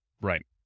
Right